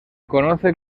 conoce